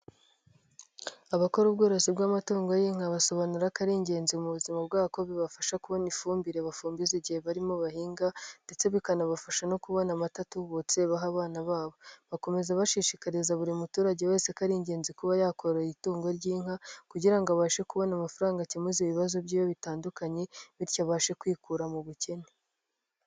Abakora ubworozi bw'amatungo y'inka basobanura ko ari ingenzi mu buzima bwabo kuko bibafasha kubona ifumbire bafumbize igihe barimo bahinga ndetse bikanabafasha no kubona amata atubutse baha abana babo, bakomeza bashishikariza buri muturage wese ko ari ingenzi kuba yakoroye itungo ry'inka kugira ngo abashe kubona amafaranga acyemuza ibibazo byiwe bitandukanye bityo abashe kwikura mu bukene.